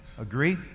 Agree